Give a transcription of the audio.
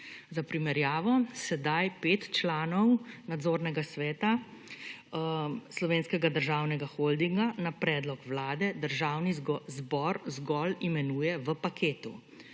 Za primerjavo, sedaj 5 članov nadzornega sveta Slovenskega državnega holdinga na predlog Vlade Državni zbor zgolj imenuje v paketu.